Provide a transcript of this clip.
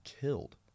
killed